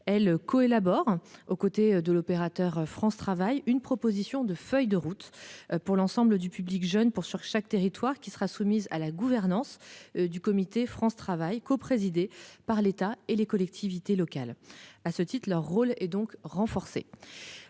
elles co-élaborent aux côtés de l'opérateur France travail. Une proposition de feuille de route pour l'ensemble du public jeune pour sur chaque territoire qui sera soumise à la gouvernance du comité France travail coprésidé par l'État et les collectivités locales à ce titre leur rôle et donc renforcer